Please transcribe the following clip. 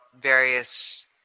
various